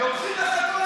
לוקחים לך את כל הסמכויות.